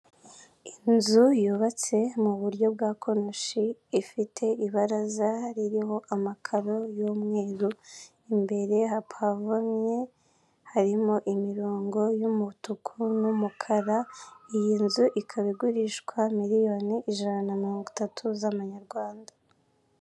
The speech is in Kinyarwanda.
Inzu yubatse mu buryo bwa konoshi ifite ibaraza ririho amakaro y' umweru imbere hapavomye harimo imirongo y' umutuku n' umukara. Iyi nzu ikaba igurishwa miliyoni ijana na mirongo itatu z' amafaranga y' u Rwanda.